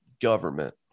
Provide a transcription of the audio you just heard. government